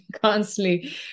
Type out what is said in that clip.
constantly